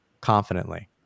confidently